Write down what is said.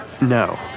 No